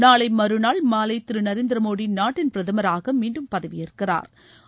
நாளை மறுநாள் மாலை திரு நரேந்திரமோடி நாட்டின் பிரதமராக மீண்டும் பதவி ஏற்கிறாா்